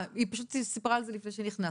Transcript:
היא פשוט סיפרה על זה לפני שנכנסת.